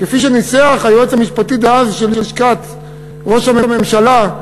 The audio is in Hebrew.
כפי שניסח היועץ המשפטי דאז של לשכת ראש הממשלה,